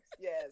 yes